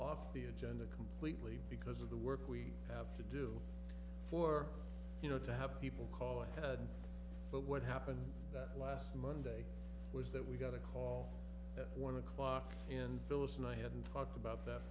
off the agenda completely because of the work we have to do for you know to have people call ahead but what happened last monday was that we got a call at one o'clock and phyllis and i hadn't talked about that